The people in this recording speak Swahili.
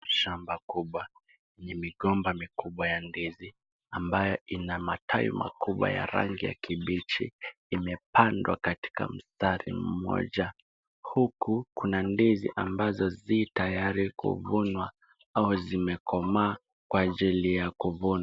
Shamba kubwani migomba mikubwa ya ndizi ambayo ina matawi makubwa ya rangi ya kibichi imepandwa katika mstari moja huku Kuna ndizi ambazo zii tayari kuvunwa au zimekomaa kwa ajili ya kuvuna.